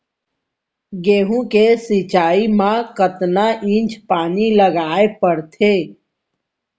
गेहूँ के सिंचाई मा कतना इंच पानी लगाए पड़थे?